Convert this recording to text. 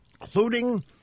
Including